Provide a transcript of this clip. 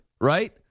right